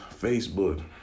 Facebook